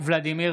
אינו נוכח